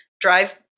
drive